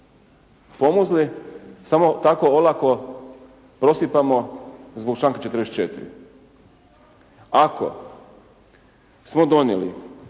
pomuzli samo tako olako prosipamo zbog članka 44. Ako smo donijeli